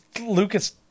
lucas